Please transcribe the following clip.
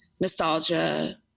nostalgia